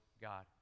God